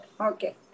okay